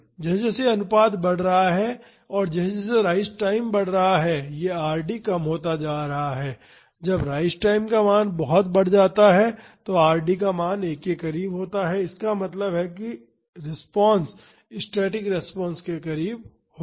जैसे जैसे यह अनुपात बढ़ रहा है और जैसे जैसे राइज टाइम बढ़ रहा है यह Rd कम होता जा रहा है और जब राइज टाइम का मान बड़ा होता है तो Rd का मान 1 के बहुत करीब होता है इसका मतलब है कि रिस्पांस स्टैटिक रिस्पांस के बहुत करीब होगा